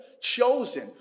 chosen